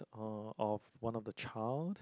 uh of one of the child